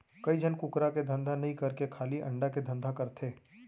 कइ झन कुकरा के धंधा नई करके खाली अंडा के धंधा करथे